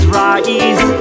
rise